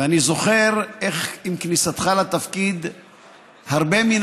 ואני זוכר איך עם כניסתך לתפקיד הרבה מן